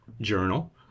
journal